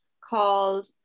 called